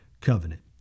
covenant